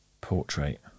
Portrait